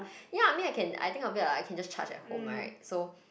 ya I mean I can I think of it I can just charge at home right so